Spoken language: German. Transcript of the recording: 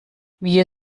wir